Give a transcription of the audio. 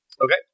Okay